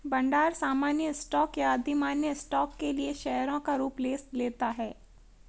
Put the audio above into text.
भंडार सामान्य स्टॉक या अधिमान्य स्टॉक के लिए शेयरों का रूप ले लेता है